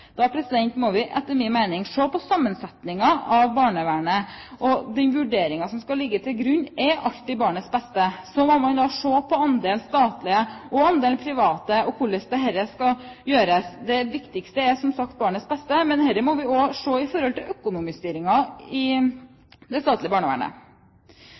Da må vi, etter min mening, se på sammensetningen av barnevernet. Den vurderingen som alltid skal ligge til grunn, er barnets beste. Så må man se på andelen statlige og andelen private og hvordan dette skal gjøres. Det viktigste er som sagt barnets beste, men dette må vi også se i forhold til økonomistyringen i det statlige barnevernet.